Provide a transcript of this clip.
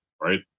right